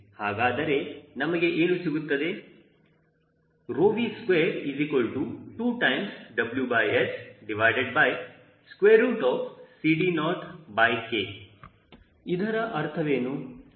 ಹಾಗಾದರೆ ನಮಗೆ ಏನು ಸಿಗುತ್ತದೆ V22WSCD0K ಇದರ ಅರ್ಥವೇನು